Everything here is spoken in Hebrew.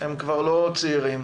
הם כבר לא צעירים.